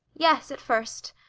yes, at first.